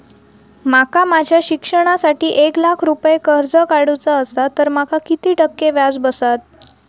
माका माझ्या शिक्षणासाठी एक लाख रुपये कर्ज काढू चा असा तर माका किती टक्के व्याज बसात?